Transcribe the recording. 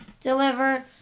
deliver